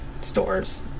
stores